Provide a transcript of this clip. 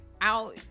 out